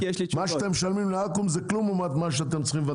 מה שאתם משלמים לאקו"ם זה כלום לעומת מה שאתם צריכים לוותר לאנשים.